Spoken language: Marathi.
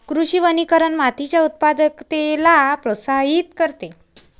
कृषी वनीकरण मातीच्या उत्पादकतेला प्रोत्साहित करते